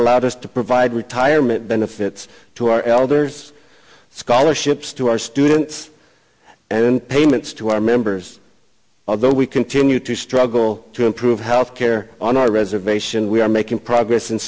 allowed us to provide retirement benefits to our elders scholarships to our students and payments to our members of the we continue to struggle to improve healthcare on our reservation we are making progress